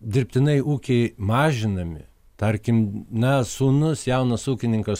dirbtinai ūkiai mažinami tarkim na sūnus jaunas ūkininkas